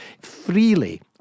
freely